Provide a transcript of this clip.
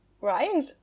right